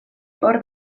hor